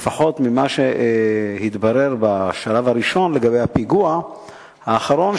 לפחות ממה שהתברר בשלב הראשון לגבי הפיגוע האחרון,